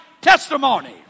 testimony